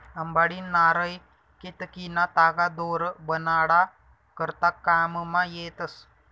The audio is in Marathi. अंबाडी, नारय, केतकीना तागा दोर बनाडा करता काममा येतस